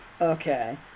Okay